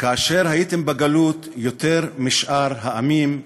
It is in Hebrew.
כאשר הייתם בגלות יותר משאר העמים,